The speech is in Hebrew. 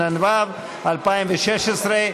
התשע"ו 2016,